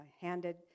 handed